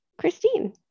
Christine